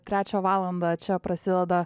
trečią valandą čia prasideda